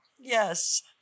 Yes